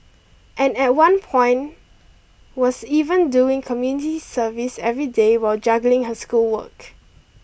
and at one point was even doing community service every day while juggling her schoolwork